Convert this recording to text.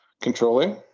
controlling